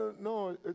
No